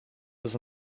was